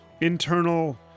internal